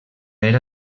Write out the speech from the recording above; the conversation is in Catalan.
era